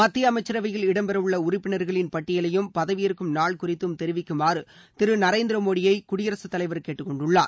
மத்திய அமைச்சரவையில் இடம்பெறவுள்ள உறுப்பினர்களின் பட்டியலையும் பதவியேற்கும் நாள் குறித்தும் தெரிவிக்குமாறு திரு நரேந்திர மோடியை குடியரசுத் தலைவர் கேட்டுக்கொண்டுள்ளார்